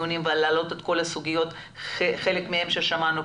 ובכלל את כל זכותו של הילוד שמלאו לו 18